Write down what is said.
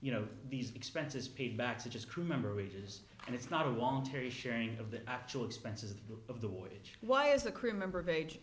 you know these expenses paid back such as crew member wages and it's not a voluntary sharing of the actual expenses of the wage why is the crew member of age